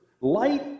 light